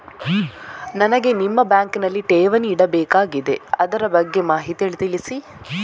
ನನಗೆ ನಿಮ್ಮ ಬ್ಯಾಂಕಿನಲ್ಲಿ ಠೇವಣಿ ಇಡಬೇಕಾಗಿದೆ, ಅದರ ಬಗ್ಗೆ ತಿಳಿಸಿ